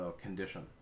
condition